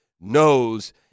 knows